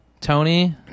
Tony